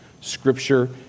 Scripture